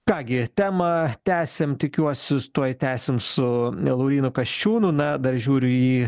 ką gi temą tęsiam tikiuosi tuoj tęsim su laurynu kasčiūnu na dar žiūriu į